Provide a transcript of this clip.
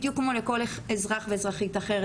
בדיוק כמו לכל אזרח ואזרחית אחרת.